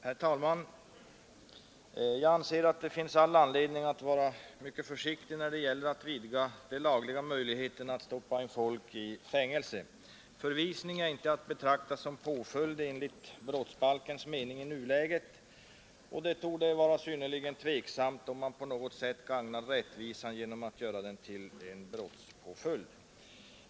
Herr talman! Jag anser att det finns all anledning att vara mycket försiktig när det gäller att vidga de lagliga möjligheterna att stoppa in folk i fängelse. Förvisning är inte att betrakta som påföljd enligt brottsbalkens mening i nuläget, och det torde vara synnerligen tveksamt om man på något sätt gagnar rättvisan genom att göra den till brottspåföljd.